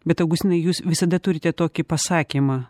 bet augustinai jūs visada turite tokį pasakymą